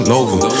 over